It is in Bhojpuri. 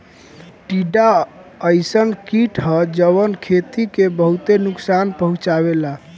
टिड्डा अइसन कीट ह जवन खेती के बहुते नुकसान पहुंचावेला